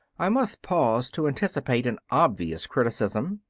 i must pause to anticipate an obvious criticism.